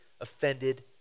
offended